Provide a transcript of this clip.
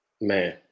Man